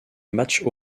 match